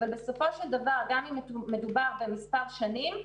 אבל בסופו של דבר גם אם מדובר במספר שנים,